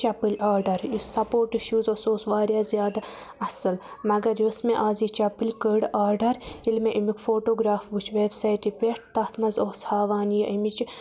چَپٕلۍ آرڈَر یُس sports shoes اوس سُہ اوس واریاہ زیادٕ اصٕل مگر یُس مےٚ آز یہِ چَپٕلۍ کٔڑ آرڈَر ییٚلہِ مےٚ امیُک فوٹوگراف وُچھ ویٚبسایٹہِ پٮ۪ٹھ تَتھ مَنٛز اوس ہاوان یہِ امِچ